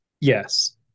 Yes